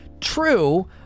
true